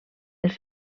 els